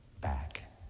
back